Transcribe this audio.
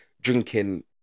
drinking